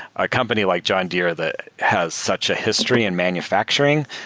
a company like john deere that has such a history in manufacturing,